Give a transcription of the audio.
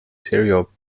serial